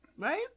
Right